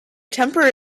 temper